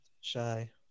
shy